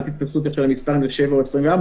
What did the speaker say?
אל תתפסו אותי עכשיו אם זה 7 או 24, אבל להחליף